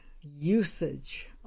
usage